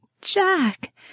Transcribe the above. Jack